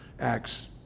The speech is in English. Acts